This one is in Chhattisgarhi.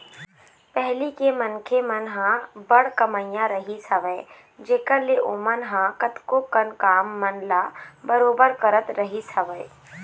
पहिली के मनखे मन ह बड़ कमइया रहिस हवय जेखर ले ओमन ह कतको कन काम मन ल बरोबर करत रहिस हवय